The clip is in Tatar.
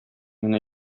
генә